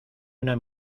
una